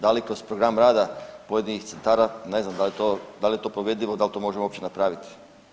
Da li kroz program rada pojedinih centara, ne znam da li je to provedivo i dal to možemo uopće napravit?